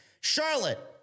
Charlotte